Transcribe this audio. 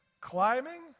climbing